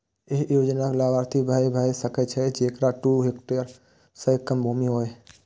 एहि योजनाक लाभार्थी वैह भए सकै छै, जेकरा दू हेक्टेयर सं कम भूमि होय